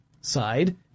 side